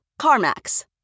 CarMax